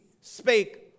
spake